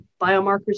biomarkers